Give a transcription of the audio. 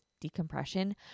decompression